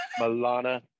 Milana